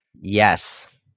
Yes